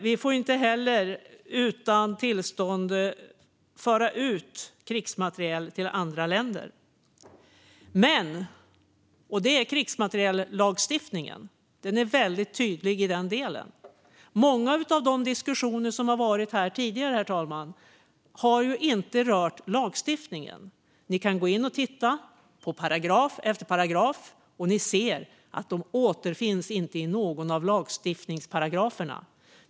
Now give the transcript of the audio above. Vi får inte heller utan tillstånd föra ut krigsmateriel till andra länder. Krigsmateriellagstiftningen är väldigt tydlig i den delen. Många av de diskussioner som har förts här tidigare, herr talman, har inte rört lagstiftningen. Ni kan gå in och titta på paragraf efter paragraf, och ni kan se att de inte återfinns i någon av lagstiftningsparagraferna.